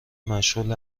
مشغول